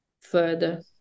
further